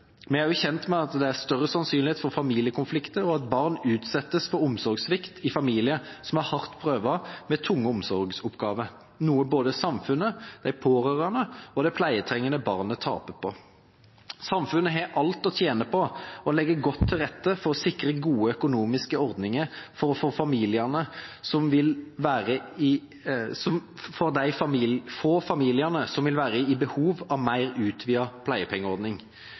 er også kjent med at det er større sannsynlighet for familiekonflikter og at barn utsettes for omsorgssvikt i familier som er hardt prøvet med tunge omsorgsoppgaver, noe både samfunnet, de pårørende og det pleietrengende barnet taper på. Komiteen mener samfunnet har alt å tjene på å legge godt til rette for å sikre gode økonomiske ordninger for de få familiene som vil være i